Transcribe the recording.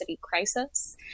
crisis